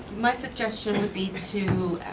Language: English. my suggestion would be to